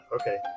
okay